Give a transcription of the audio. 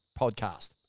podcast